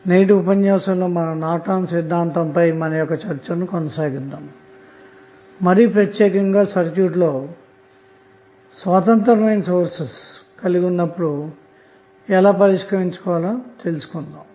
నేటి ఉపన్యాసంలో మనం నార్టన్ సిద్ధాంతంపై చర్చను కొనసాగిద్దాము మరి ప్రత్యేకంగా సర్క్యూట్ లో స్వతంత్రమైన సోర్స లు కలిగి ఉన్నప్పుడు గా ఎలాగ పరిష్కరించాలో తెలుసుకొందాము